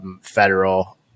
federal